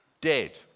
dead